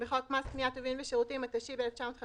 "בחוק מס קנייה (טובין ושירותים), התשי"ב-1952: